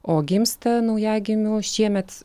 o gimsta naujagimių šiemet